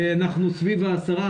סביב ה-10%,